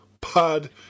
pod